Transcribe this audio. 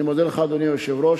אני מודה לך, אדוני היושב-ראש,